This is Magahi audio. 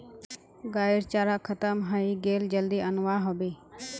गाइर चारा खत्म हइ गेले जल्दी अनवा ह बे